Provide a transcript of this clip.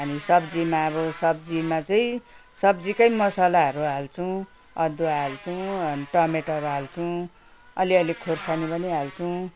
अनि सब्जीमा अब सब्जीमा चाहिँ सब्जीकै मसालाहरू हाल्छौँ अदुवा हाल्छौँ अनि टमटर हाल्छौँ अलिअलि खोर्सानी पनि हाल्छौँ